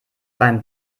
beim